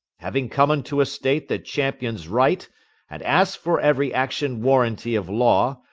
having come unto a state that champions right and asks for every action warranty of law,